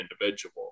individual